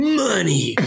money